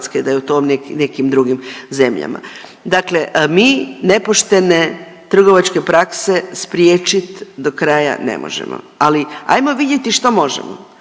da je u tom nekim drugim zemljama. Dakle mi nepoštene trgovačke prakse spriječit do kraja ne možemo. Ali, ajmo vidjeti što možemo.